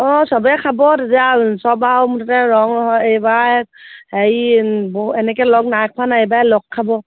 অঁ চবেই খাব তেতিয়া চব আৰু মুঠতে ৰংঘৰ এইবাৰ হেৰি এনেকৈ লগ নাইখোৱা নাই এইবাৰে লগ খাব